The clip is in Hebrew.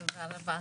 תודה רבה.